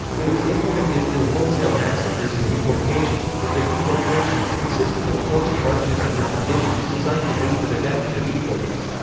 it was implemented through wholesale massacres and deportations, with the deportations consisting of forced marches under conditions designed to lead to the death of the deportees.